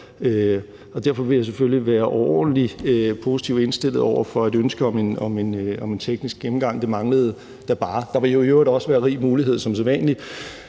Derfor vil jeg selvfølgelig være overordentlig positivt indstillet over for et ønske om en teknisk gennemgang. Det manglede da bare. Der vil i øvrigt også være rig mulighed som sædvanlig